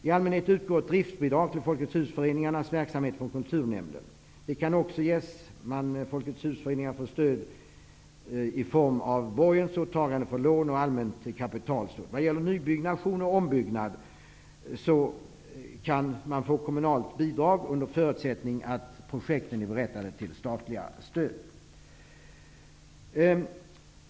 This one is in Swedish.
I allmänhet utgår driftbidrag till Folket husföreningarnas verksamhet från kulturnämnden. Det kan också ges stöd i form av borgensåtaganden för lån och i form av allmänt kapitaltillskott. När det gäller nybyggnation och ombyggnad kan Folket hus-föreningarna få kommunalt bidrag under förutsättning att projekten är berättigade till statligt stöd.